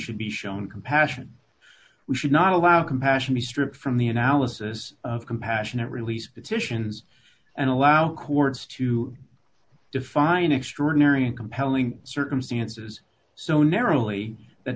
should be shown compassion we should not allow compassion be stripped from the analysis of compassionate release titian's and allow courts to define extraordinary and compelling circumstances so narrowly that